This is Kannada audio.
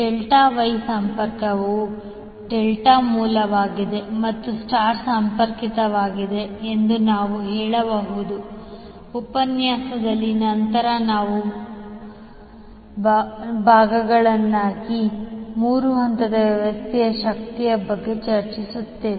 ಡೆಲ್ಟಾ ವೈ ಸಂಪರ್ಕವು ಡೆಲ್ಟಾ ಮೂಲವಾಗಿದೆ ಮತ್ತು ಸ್ಟಾರ್ ಸಂಪರ್ಕಿತವಾಗಿದೆ ಎಂದು ನೀವು ಹೇಳಬಹುದು ಉಪನ್ಯಾಸದ ನಂತರದ ಭಾಗದಲ್ಲಿ ನಾವು ಮೂರು ಹಂತದ ವ್ಯವಸ್ಥೆಗೆ ಶಕ್ತಿಯ ಬಗ್ಗೆ ಚರ್ಚಿಸುತ್ತೇವೆ